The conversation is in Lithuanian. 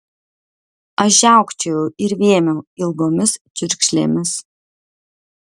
aš žiaukčiojau ir vėmiau ilgomis čiurkšlėmis